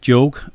Joke